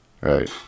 Right